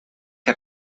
que